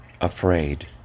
afraid